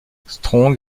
strong